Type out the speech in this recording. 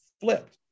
Flipped